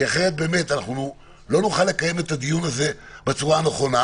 כי אחרת באמת אנחנו לא נוכל לקיים את הדיון הזה בצורה הנכונה,